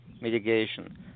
mitigation